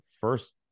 first